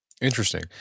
Interesting